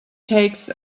takes